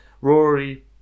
Rory